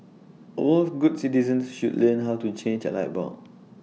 all good citizens should learn how to change A light bulb